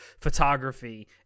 photography